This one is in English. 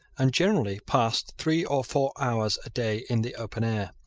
and generally passed three or four hours a day in the open air.